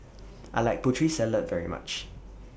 I like Putri Salad very much